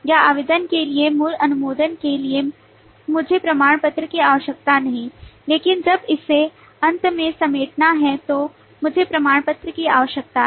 या आवेदन के लिए मूल अनुमोदन के लिए मुझे प्रमाणपत्र की आवश्यकता नहीं है लेकिन जब इसे अंत में समेटना है तो मुझे प्रमाणपत्र की आवश्यकता है